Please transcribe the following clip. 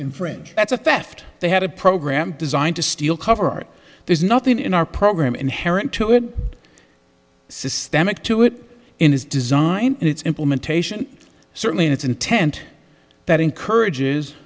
infringe that's a theft they had a program designed to steal cover art there's nothing in our program inherent to it systemic to it in his design and it's implementation certainly in its intent that encourages